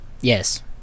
Yes